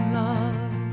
love